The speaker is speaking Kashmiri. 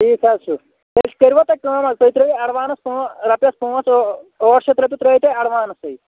ٹھیٖک حظ چھُ أسۍ کَرِوا تۄہہِ کٲم حظ تُہۍ ترٛٲیِو ایڈوانٕس پٲن رۄپیَس پانٛژھ ٲ ٲٹھ شیٚتھ رۄپیہِ ترٛٲیِو تُہۍ ایڈوانسٕے